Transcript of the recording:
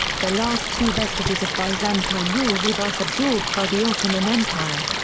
the last two vestiges of byzantine rule were thus absorbed by the ottoman empire.